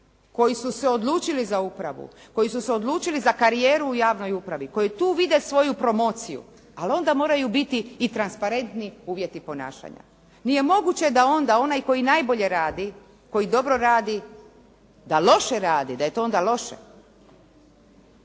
koji su se odlučili za upravu, koji su se odlučili za karijeru u javnoj upravi, koji tu vide svoju promociju, al onda moraju biti i transparentni uvjeti ponašanja. Nije moguće da onda onaj koji najbolje radi, koji dobro rad, da loše radi, da je to onda loše.